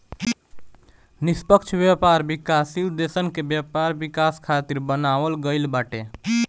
निष्पक्ष व्यापार विकासशील देसन के व्यापार विकास खातिर बनावल गईल बाटे